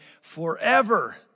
forever